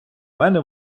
мене